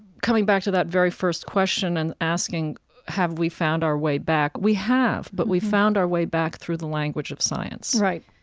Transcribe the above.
coming back to that very first question and asking have we found our way back? we have, but we found our way back through the language of science right,